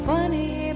Funny